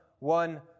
One